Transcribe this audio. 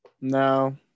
no